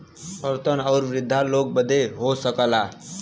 औरतन आउर वृद्धा लोग बदे हो सकला